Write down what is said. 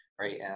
Right